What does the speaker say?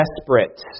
desperate